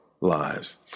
lives